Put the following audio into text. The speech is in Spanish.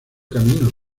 camino